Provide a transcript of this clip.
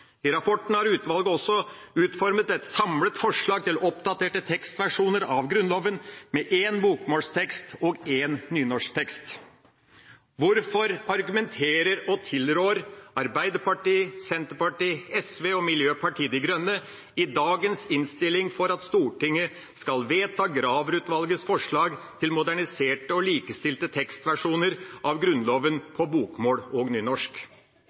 I rapporten har utvalget også utformet ett samlet forslag til oppdaterte tekstversjoner av Grunnloven, med én bokmålstekst og én nynorsktekst. Hvorfor argumenterer og tilrår Arbeiderpartiet, Senterpartiet, SV og Miljøpartiet De Grønne i dagens innstilling for at Stortinget skal vedta Graver-utvalgets forslag til moderniserte og likestilte tekstversjoner av Grunnloven på bokmål og nynorsk?